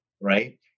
right